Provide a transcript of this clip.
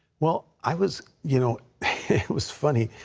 well, i was you know it was funny,